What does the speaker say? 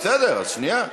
אז בסדר, שנייה.